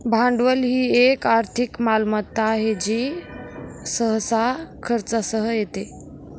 भांडवल ही एक आर्थिक मालमत्ता आहे जी सहसा खर्चासह येते